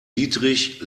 dietrich